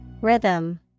Rhythm